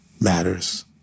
matters